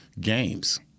games